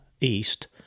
east